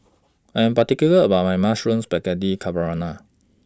I'm particular about My Mushroom Spaghetti Carbonara